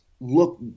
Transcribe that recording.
look